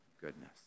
goodness